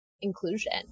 inclusion